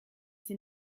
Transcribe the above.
sie